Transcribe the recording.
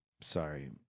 Sorry